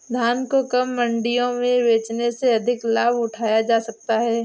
धान को कब मंडियों में बेचने से अधिक लाभ उठाया जा सकता है?